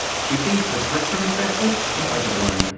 she thinks the threat from asbestos is overblown.